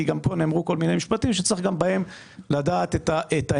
כי גם פה נאמרו כל מיני משפטים שצריך גם בהם לדעת את האמת.